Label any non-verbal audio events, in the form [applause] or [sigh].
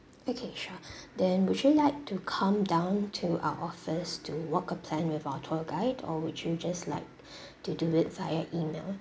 okay sure [breath] then would you like to come down to our office to work a plan with our tour guide or would you just like [breath] to do it via E-mail